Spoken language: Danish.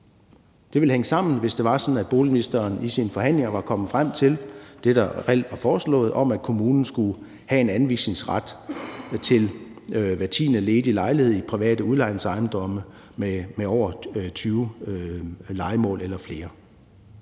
Det ville hænge sammen, hvis det var sådan, at boligministeren i sine forhandlinger var kommet frem til det, der reelt var foreslået, om, at kommunen skulle have en anvisningsret til hver tiende ledige lejlighed i private udlejningsejendomme med over 20 lejemål, eller flere.